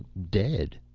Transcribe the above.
dead.